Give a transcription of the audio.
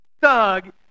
thug